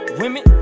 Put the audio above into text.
women